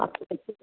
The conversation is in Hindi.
आपकी मर्ज़ी